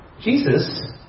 Jesus